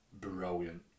brilliant